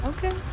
Okay